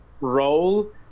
role